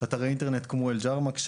אתרי אינטרנט כמו אל-ג'רמק,